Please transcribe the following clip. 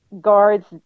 Guards